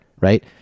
right